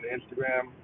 Instagram